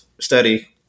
study